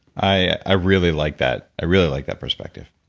i i really like that. i really like that perspective.